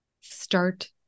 Start